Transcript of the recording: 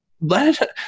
let